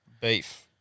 beef